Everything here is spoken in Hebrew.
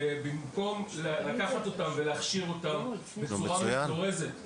במקום להכשיר אותם בצורה מזורזת.